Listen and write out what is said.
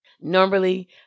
Normally